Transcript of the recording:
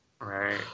Right